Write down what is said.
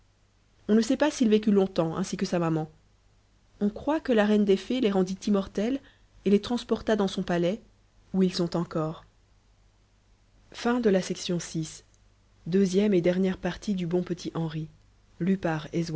on ne sait pas s'il vécut longtemps ainsi que sa maman on croit que la reine des fées les rendit immortels et les transporta dans son palais où ils sont encore